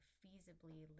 feasibly